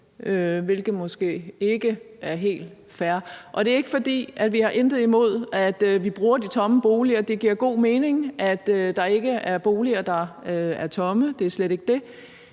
hvilket måske ikke er helt fair. Vi har intet imod, at vi bruger de tomme boliger. Det giver god mening, at der ikke er boliger, der er tomme; det er slet ikke det.